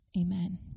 Amen